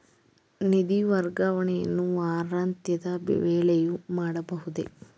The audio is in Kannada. ನಿಧಿ ವರ್ಗಾವಣೆಯನ್ನು ವಾರಾಂತ್ಯದ ವೇಳೆಯೂ ಮಾಡಬಹುದೇ?